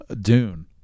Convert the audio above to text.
Dune